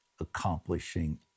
accomplishing